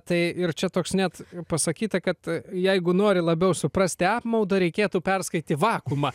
tai ir čia toks net pasakyta kad jeigu nori labiau suprasti apmaudą reikėtų perskaityt vakuumą